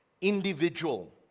individual